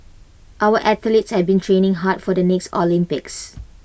our athletes have been training hard for the next Olympics